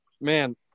man